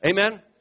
amen